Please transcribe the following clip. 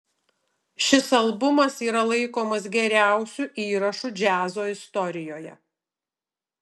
šis albumas yra laikomas geriausiu įrašu džiazo istorijoje